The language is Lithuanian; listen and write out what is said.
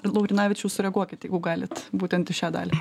laurinavičiau sureaguokit jeigu galit būtent į šią dalį